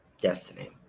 Destiny